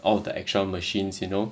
all of the extra machines you know